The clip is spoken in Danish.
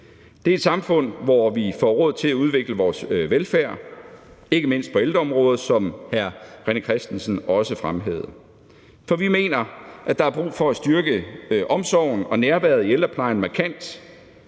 Det er et samfund, hvor vi får råd til at udvikle vores velfærd, ikke mindst på ældreområdet, som hr. René Christensen også fremhævede. For vi mener, at der er brug for at styrke omsorgen og nærværet i ældreplejen markant,